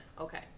Okay